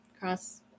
cross